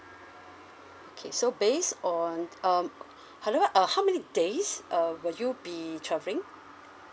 okay so based on um however uh how many days uh would you be travelling